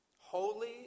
holy